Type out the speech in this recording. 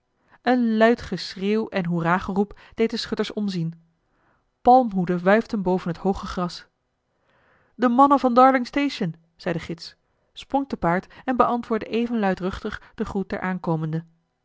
een luid geschreeuw en hoerageroep deed de schutters om zien palmhoeden wuifden boven het hooge gras de mannen van darlingstation zei de gids sprong te paard en beantwoordde even luidruchtig den groet der aankomenden